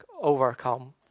overcome